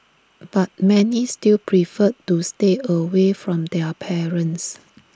but many still preferred to stay away from their parents